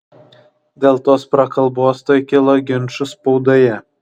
dėl tos prakalbos tuoj kilo ginčų spaudoje